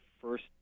first